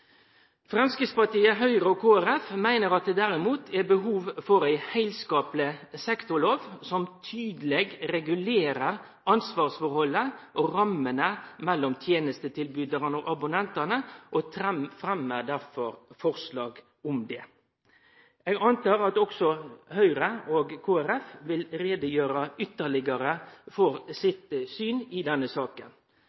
Framstegspartiet, Høgre og Kristeleg Folkeparti meiner at det derimot er behov for ein heilskapleg sektorlov som tydeleg regulerer ansvarsforhold og rammene mellom tenestetilbydarane og abonnentane, og fremmer derfor forslag om det. Eg antek at også Høgre og Kristeleg Folkeparti ytterlegare vil gjere greie for